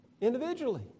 individually